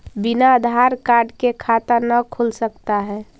बिना आधार कार्ड के खाता न खुल सकता है?